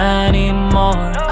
anymore